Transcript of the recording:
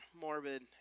morbid